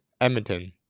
Edmonton